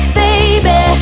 baby